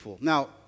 Now